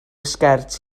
sgert